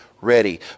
ready